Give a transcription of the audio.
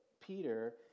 Peter